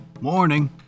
Morning